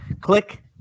click